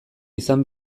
izan